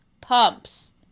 pumps